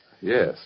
Yes